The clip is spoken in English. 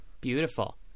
Beautiful